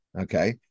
okay